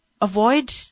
avoid